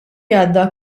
għadda